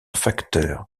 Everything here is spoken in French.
facteur